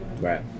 Right